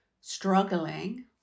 struggling